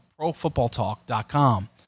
ProFootballTalk.com